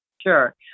Sure